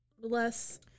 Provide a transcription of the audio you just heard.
less